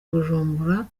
bujumbura